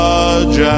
Judge